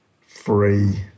free